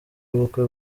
y’ubukwe